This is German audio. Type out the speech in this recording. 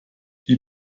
die